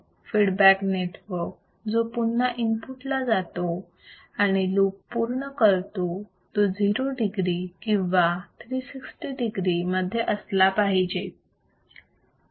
feedback network जो पुन्हा input ला जातो आणि लूप पूर्ण करतो तो 0 degree किंवा 360 degree मध्ये असला पाहिजे